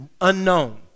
unknown